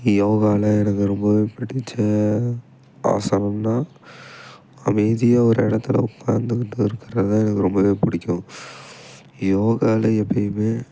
யோகாவில் எனக்கு ரொம்பவே பிடிச்ச ஆசனம்னால் அமைதியாக ஒரு இடத்துல உட்காந்து வந்து இருக்கிறது தான் எனக்கு ரொம்பவே பிடிக்கும் யோகாவில் எப்பயுமே